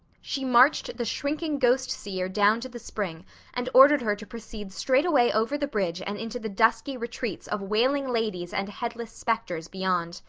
she marched the shrinking ghost-seer down to the spring and ordered her to proceed straightaway over the bridge and into the dusky retreats of wailing ladies and headless specters beyond.